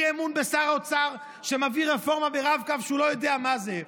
אי-אמון בשר אוצר שמעביר רפורמה ברב-קו כשהוא לא יודע מה זה,